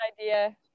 idea